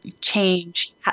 change